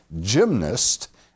gymnast